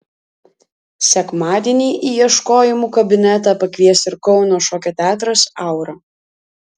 sekmadienį į ieškojimų kabinetą pakvies ir kauno šokio teatras aura